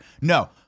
No